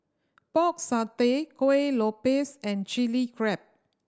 Pork Satay Kuih Lopes and Chili Crab